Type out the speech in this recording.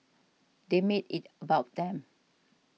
they made it about them